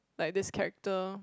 like this character